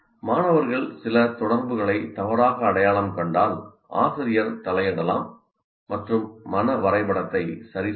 மாணவர்கள் சில தொடர்புகளை தவறாக அடையாளம் கண்டால் ஆசிரியர் தலையிடலாம் மற்றும் மன வரைபடத்தை சரிசெய்யலாம்